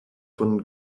von